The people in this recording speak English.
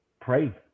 pray